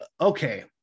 okay